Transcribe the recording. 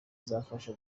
izabafasha